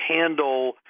handle